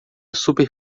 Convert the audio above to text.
super